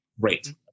Great